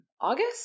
August